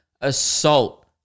assault